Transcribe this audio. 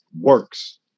works